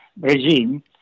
regime